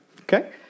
Okay